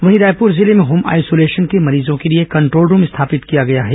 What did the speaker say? वहीं रायपुर जिले में होम आइसोलेशन के मरीजों के लिए कंट्रोल रूम स्थापित किया गया है